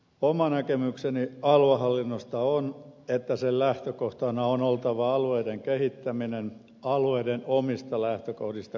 oma näkemykseni aluehallinnosta on että sen lähtökohtana on oltava alueiden kehittäminen alueiden omista lähtökohdista käsin